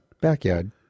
Backyard